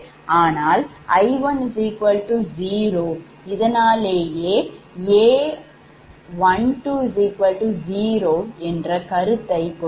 ஆனால் I1 0 இதனாலேயே A120 என்ற கருத்தை கொண்டு நாம் கணக்கை பார்க்க வேண்டும்